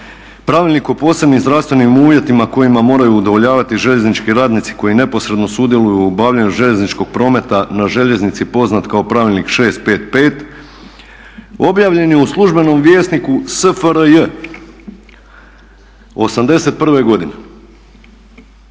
pravilnik o posebnim zdravstvenim uvjetima kojima moraju udovoljavati željeznički radnici koji neposredno sudjeluju u obavljanju željezničkog prometa na željeznici poznat kao pravilnik 655 objavljen je u službenom vjesniku SFRJ '81. godine.